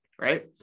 right